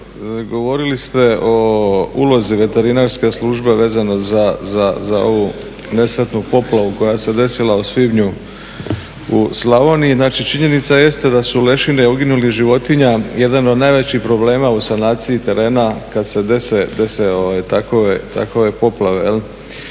govorile ste o ulozi Veterinarske službe vezano za ovu nesretnu poplavu koja se desila u svibnju u Slavoniji. Znači jeste da su lešine uginulih životinja jedan od najvećih problema u sanaciji terena kada se dese takve poplave.